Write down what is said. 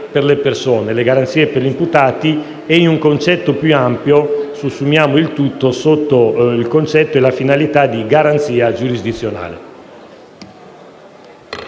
per le persone, per gli imputati e, in un concetto più ampio, sussumiamo il tutto sotto il concetto e la finalità di garanzia giurisdizionale.